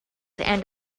and